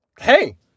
Hey